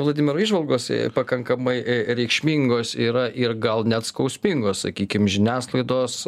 vladimiro įžvalgos pakankamai reikšmingos yra ir gal net skausmingos sakykim žiniasklaidos